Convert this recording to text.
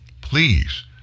Please